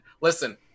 Listen